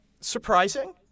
surprising